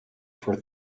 for